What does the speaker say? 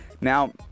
Now